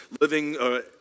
living